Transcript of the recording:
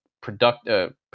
productive